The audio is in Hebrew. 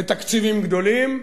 ותקציבים גדולים,